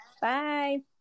bye